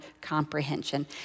Comprehension